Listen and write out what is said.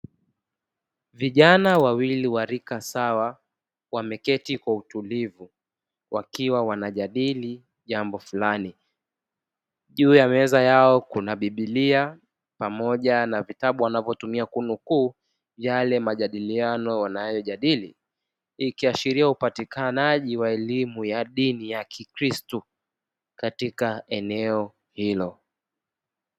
Vijana wawili wa rika sawa wameketi kwa utulivu wakiwa wanajadili jambo fulani, juu ya meza yao kuna biblia pamoja na vitabu wanavyotumia kunukuu yale majadiliano wanayojadili, ikiashiria upatikanaji wa elimu ya dini ya kikristu katika eneo hilo.